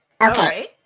Okay